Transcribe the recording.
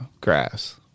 grass